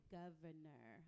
governor